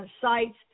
sites